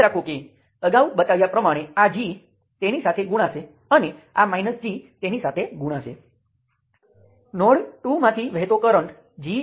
દાખલા તરીકે આ ચોક્કસ ગ્રાફ તમે જુઓ છો કે બે નોડ શાખાઓ એકબીજાને ક્રોસ કરી રહી છે